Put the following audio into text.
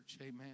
Amen